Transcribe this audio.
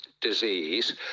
disease